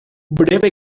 breve